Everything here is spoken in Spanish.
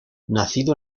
nacido